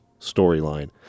storyline